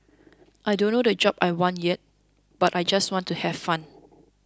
I don't know the job I want yet but I just want to have fun